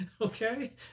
Okay